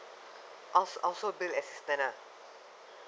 house household bill assistance ah